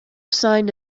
signed